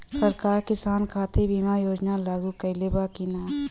सरकार किसान खातिर बीमा योजना लागू कईले बा की ना?